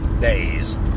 days